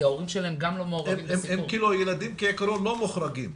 כי ההורים שלהם גם לא מעורבים בסיפור --- הילדים כעקרון לא מוחרגים?